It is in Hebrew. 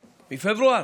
מפברואר?